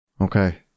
Okay